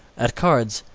at cards,